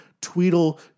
tweedle